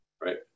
right